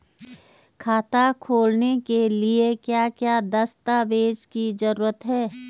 खाता खोलने के लिए क्या क्या दस्तावेज़ की जरूरत है?